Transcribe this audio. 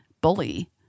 bully